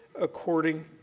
according